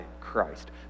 Christ